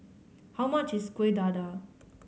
how much is Kuih Dadar